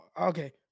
okay